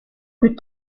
plus